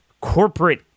corporate